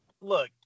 look